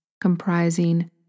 comprising